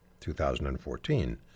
2014